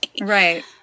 Right